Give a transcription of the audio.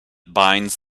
binds